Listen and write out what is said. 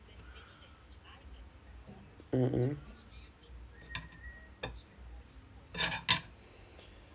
mmhmm